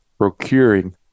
procuring